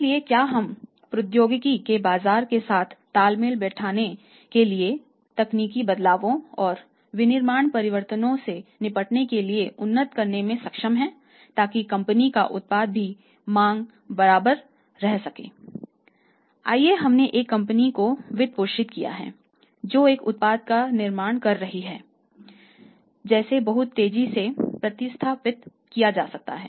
इसलिए क्या हम प्रौद्योगिकी को बाजार के साथ तालमेल बिठाने के लिए तकनीकी बदलावों विनिर्माण परिवर्तनों से निपटने के लिए उन्नत करने में सक्षम हैं ताकि कंपनी के उत्पाद की मांग बरकरार रह सके आइए हमने एक कंपनी को वित्त पोषित किया है जो एक उत्पाद का निर्माण कर रही है जिसे बहुत तेजी से प्रतिस्थापित किया जा सकता है